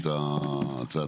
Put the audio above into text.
יועצת